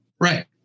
Right